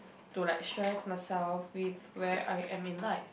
to like share myself with where I am in night